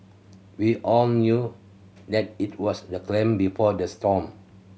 we all knew that it was the clam before the storm